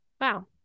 wow